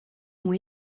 ont